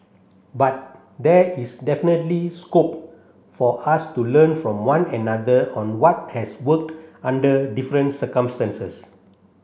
but there is definitely scope for us to learn from one another on what has worked under different circumstances